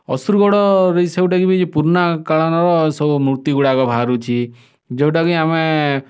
ଆସୁରଗଡ଼ ସେଇ ପୁରୁଣାକାଳର ସବୁ ମୂର୍ତ୍ତି ଗୁଡ଼ାକ ବାହାରୁଛି ଯେଉଁଟା କି ଆମେ